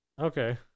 Okay